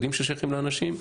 יודעים שהם שייכים לאנשים.